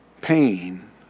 pain